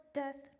death